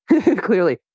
Clearly